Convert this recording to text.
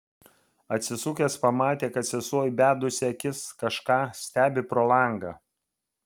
atsisukęs pamatė kad sesuo įbedusi akis kažką stebi pro langą